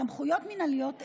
סמכויות מינהליות אלה,